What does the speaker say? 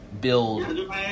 build